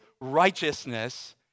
righteousness